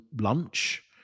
lunch